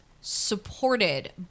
supported